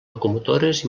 locomotores